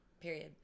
Period